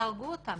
תהרגו אותם.